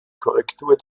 korrektur